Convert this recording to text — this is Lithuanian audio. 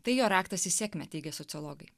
tai jo raktas į sėkmę teigia sociologai